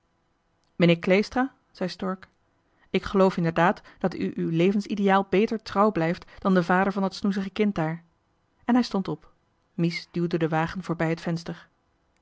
meneer kleestra zei stork ik geloof inderdaad dat u uw levensideaal beter trouw blijft dan de vader van dat snoezige kind daar en hij stond op mies duwde den wagen voorbij het venster